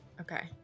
Okay